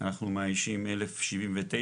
אנחנו מאיישים 1,079,